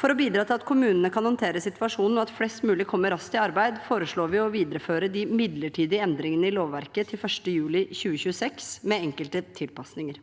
For å bidra til at kommunene kan håndtere situasjonen og at flest mulig kommer raskt i arbeid, foreslår vi å videreføre de midlertidige endringene i lovverket til 1. juli 2026, med enkelte tilpasninger.